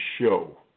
show